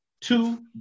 two